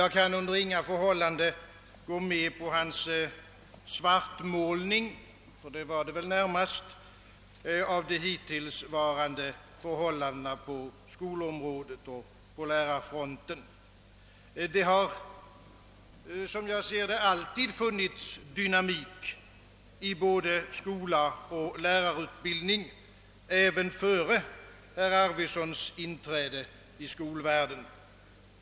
Jag kan under inga förhållanden gå med på hans svartmålning — det var det väl närmast — av de hittillsvarande förhållandena på skolområdet och på lärarfronten. Det har, som jag ser det, alltid funnits dynamik i både skola och lärarutbildning, även före herr Arvidsons inträde i skolvärlden.